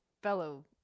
fellow